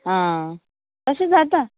आं अशे जाता